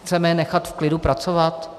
Chceme je nechat v klidu pracovat?